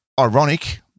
ironic